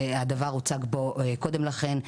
והדבר הוצג פה קודם לכן,